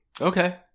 Okay